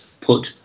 put